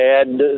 add